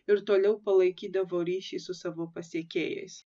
ir toliau palaikydavo ryšį su savo pasekėjais